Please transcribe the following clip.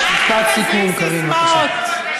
משפט סיכום, קארין, בבקשה.